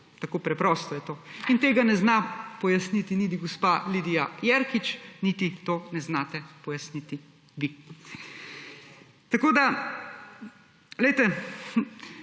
Tako preprosto je to. In tega ne zna pojasniti niti gospa Lidija Jerkič niti to ne znate pojasniti vi. Tako da, glejte,